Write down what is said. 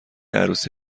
عروسی